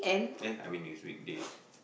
hey I mean next weekdays